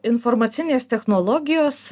informacinės technologijos